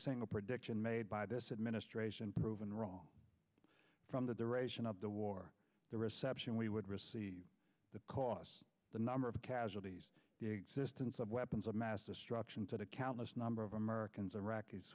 single prediction made by this it minute proven wrong from the duration of the war the reception we would receive the cost the number of casualties existence of weapons of mass destruction to the countless number of americans iraqis